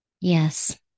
yes